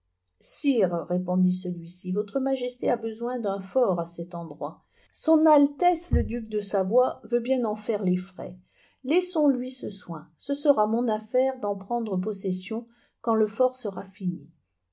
sire répondit celui-ci votre majesté a besoin d'un fort à cet endroit son altesse le duc de savoie veut bien en faire les frais laissons lui ce soin ce sera mon affaire d'en prendre possession quand le fort sera fini